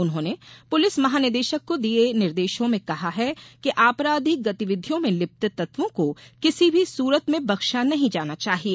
उन्होंने पुलिस महानिदेशक को दिये निर्देशों में कहा है कि आपराधिक गतिविधियों में लिप्त तत्वों को किसी भी सूरत में बख्शा नहीं जाना चाहिये